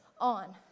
on